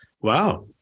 Wow